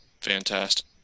fantastic